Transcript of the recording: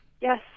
Yes